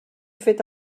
fet